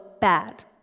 bad